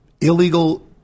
illegal